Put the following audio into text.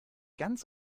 ganz